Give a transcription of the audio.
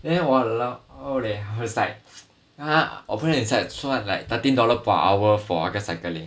then !walao! holy I was like 他我朋友 inside 赚 like thirteen dollar per hour for 那个 cycling